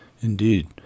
Indeed